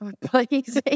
Please